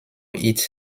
its